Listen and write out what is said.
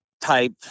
type